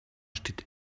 steht